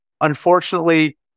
unfortunately